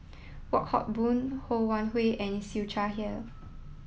Wong Hock Boon Ho Wan Hui and Siew Shaw Here